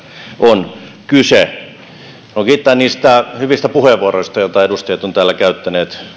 on kyse haluan kiittää niistä hyvistä puheenvuoroista joita edustajat ovat täällä käyttäneet